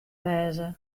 wêze